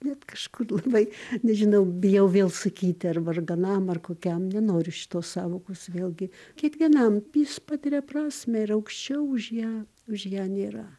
net kažkur labai nežinau bijau vėl sakyti ar varganam ar kokiam nenoriu šitos sąvokos vėlgi kiekvienam jis patiria prasmę ir aukščiau už ją už ją nėra